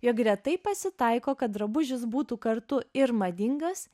jog retai pasitaiko kad drabužis būtų kartu ir madingas